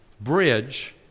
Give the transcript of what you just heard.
bridge